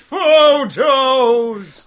Photos